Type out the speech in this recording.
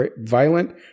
violent